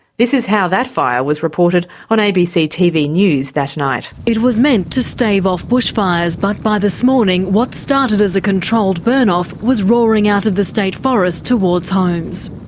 this is how that fire was reported on abc tv news that night journalist it was meant to stave off bushfires but by this morning, what started as a controlled burn off was roaring out of the state forest towards homes.